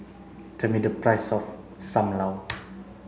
tell me the price of Sam Lau